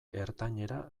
ertainera